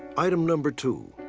item number two,